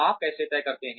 आप कैसे तय करते हैं